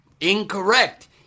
incorrect